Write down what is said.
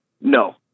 No